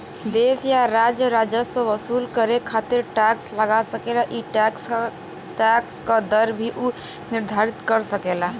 देश या राज्य राजस्व वसूल करे खातिर टैक्स लगा सकेला ई टैक्स क दर भी उ निर्धारित कर सकेला